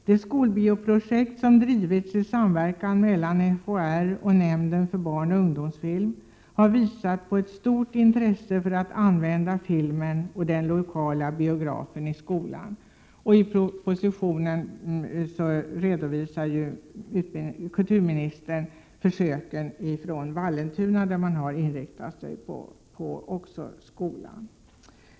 Det skolbioprojekt som har drivits i samverkan mellan FHR och nämnden för barnoch ungdomsfilm har visat på ett stort intresse för att använda filmen och den lokala biografen i skolan. I propositionen redovisar kulturministern försöken från Vallentuna, där man har inriktat sig på skolan.